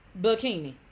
bikini